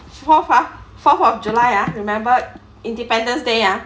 fourth ah fourth of july ah remember independence day ah